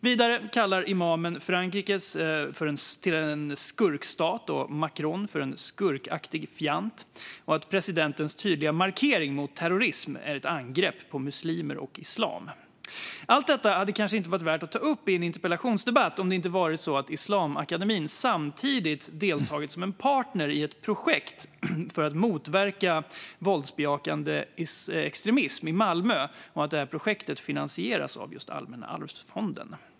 Vidare kallar imamen Frankrike för en skurkstat och Macron för en skurkaktig fjant, och han säger att presidentens tydliga markering mot terrorism är ett angrepp på muslimer och islam. Allt detta hade kanske inte varit värt att ta upp i en interpellationsdebatt om det inte varit så att Islamakademin samtidigt hade deltagit som en partner i ett projekt som finansieras av just Allmänna arvsfonden för att motverka våldsbejakande extremism i Malmö.